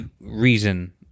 reason